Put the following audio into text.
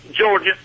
Georgia